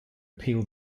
appeal